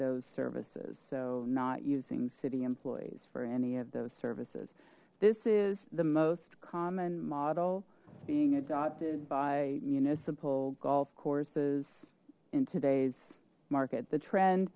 those services so not using city employees for any of those services this is the most common model being adopted by municipal golf courses in today's market the trend